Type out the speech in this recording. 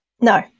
No